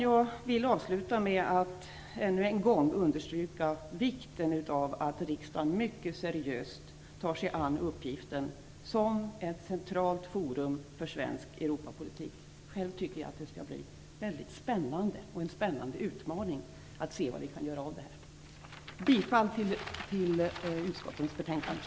Jag vill avsluta med att än en gång understryka vikten av att riksdagen mycket seriöst tar sig an uppgiften att vara ett centralt forum för svensk Europapolitik. Själv tycker jag att det skall bli en spännande utmaning att se vad vi kan göra av det. Jag yrkar bifall till hemställningarna i utskottens betänkanden.